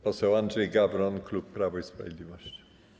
Poseł Andrzej Gawron, klub Prawo i Sprawiedliwość.